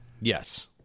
Yes